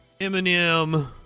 Eminem